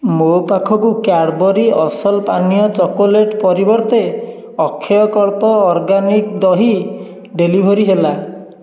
ମୋ ପାଖକୁ କ୍ୟାଡ଼୍ବରି ଅସଲ ପାନୀୟ ଚକୋଲେଟ୍ ପରିବର୍ତ୍ତେ ଅକ୍ଷୟକଳ୍ପ ଅର୍ଗାନିକ୍ ଦହି ଡେଲିଭର୍ ହେଲା